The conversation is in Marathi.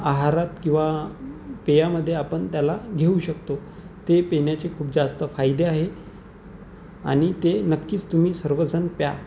आहारात किंवा पेयामध्ये आपण त्याला घेऊ शकतो ते पिण्याचे खूप जास्त फायदे आहे आणि ते नक्कीच तुम्ही सर्वजण प्या